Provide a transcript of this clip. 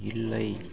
இல்லை